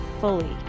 fully